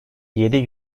yedi